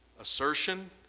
assertion